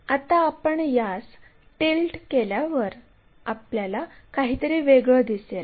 आता आपण यास टिल्ट केल्यावर आपल्याला काहीतरी वेगळं दिसेल